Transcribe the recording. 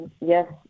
Yes